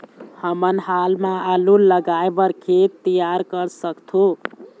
हमन हाल मा आलू लगाइ बर खेत तियार कर सकथों?